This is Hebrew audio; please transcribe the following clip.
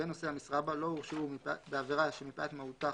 ונושאי המשרה בה לא הורשעו בעבירה שמפאת מהותה,